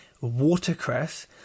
watercress